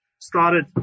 started